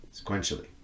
sequentially